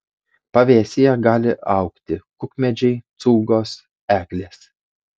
pavėsyje gali augti kukmedžiai cūgos eglės